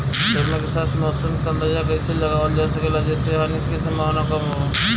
समय के साथ मौसम क अंदाजा कइसे लगावल जा सकेला जेसे हानि के सम्भावना कम हो?